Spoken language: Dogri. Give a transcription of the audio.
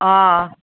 हां